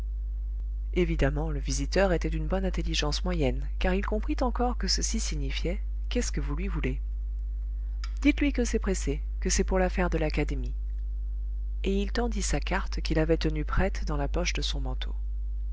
évidemment le visiteur était d'une bonne intelligence moyenne car il comprit encore que ceci signifiait qu'est-ce que vous lui voulez dites-lui que c'est pressé que c'est pour l'affaire de l'académie et il tendit sa carte qu'il avait tenue prête dans la poche de son manteau